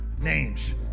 names